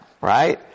right